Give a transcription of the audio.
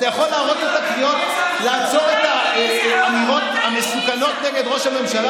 אתה יכול להראות את הקריאות לעצור את האמירות המסוכנות נגד ראש הממשלה